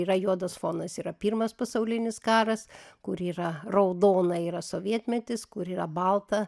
yra juodas fonas yra pirmas pasaulinis karas kur yra raudona yra sovietmetis kur yra balta